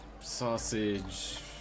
sausage